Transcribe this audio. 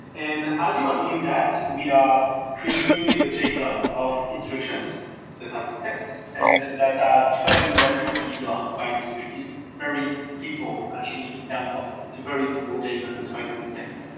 and as you are doing that, we are creating a json of instructions that are the steps and that are describing what needs to be done by the script. it's very simple actually in terms of it's a very simple json and describing the steps.